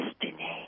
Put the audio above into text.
destiny